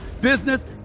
business